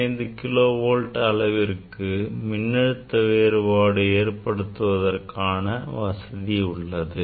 5 kilo volt அளவிற்கு மின்னழுத்த வேறுபாடு ஏற்படுத்துவதற்கான வசதி உள்ளது